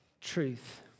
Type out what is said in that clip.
truth